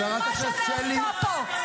אבל על דיקטטורה מדומיינת הפקירו פה אזרחים,